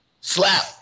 Slap